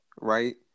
right